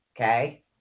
Okay